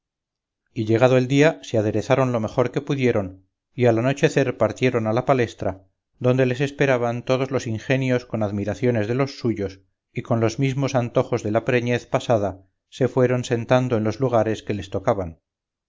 y llegado el día se aderezaron lo mejor que pudieron y al anochecer partieron a la palestra donde les esperaban todos los ingenios con admiraciones de los suyos y con los mismos antojos de la preñez pasada se fueron sentando en los lugares que les tocaban